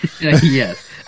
Yes